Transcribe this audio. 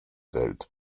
welt